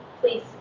Please